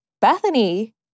Bethany—